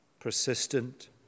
Persistent